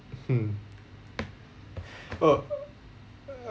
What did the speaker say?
hmm err